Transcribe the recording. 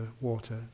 water